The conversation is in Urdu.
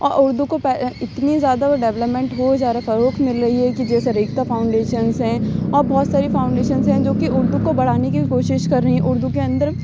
اور اردو کو اتنی زیادہ ڈیولپمنٹ ہوئے جا رہا فروغ مل رہی ہے کہ جیسے ریختہ فاؤنڈیشنس ہیں اور بہت ساری فاؤنڈیشنس ہیں جوکہ اردو کو بڑھانے کی بھی کوشش کر رہی ہیں اردو کے اندر